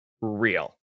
real